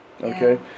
Okay